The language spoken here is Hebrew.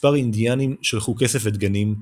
מספר אינדיאנים שלחו כסף ודגנים,